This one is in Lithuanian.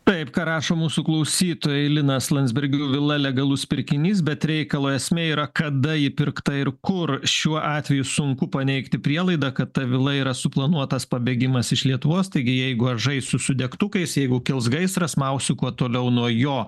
taip ką rašo mūsų klausytojai linas landsbergių vila legalus pirkinys bet reikalo esmė yra kada ji pirkta ir kur šiuo atveju sunku paneigti prielaidą kad ta vila yra suplanuotas pabėgimas iš lietuvos taigi jeigu aš žaisiu su degtukais jeigu kils gaisras mausiu kuo toliau nuo jo